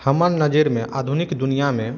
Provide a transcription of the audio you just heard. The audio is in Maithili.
हमर नजरिमे आधुनिक दुनिआमे